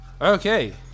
Okay